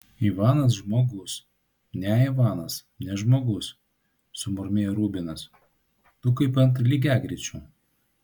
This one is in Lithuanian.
ivanas žmogus ne ivanas ne žmogus sumurmėjo rubinas tu kaip ant lygiagrečių